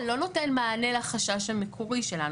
לא נותן מענה לחשש המקורי שלנו,